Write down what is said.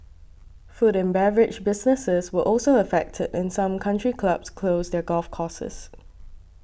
food and beverage businesses were also affected and some country clubs closed their golf courses